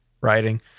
writing